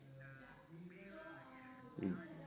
mm